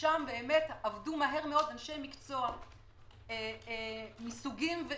ששם באמת עבדו מהר מאוד אנשי מקצוע מסוגים שונים,